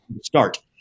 start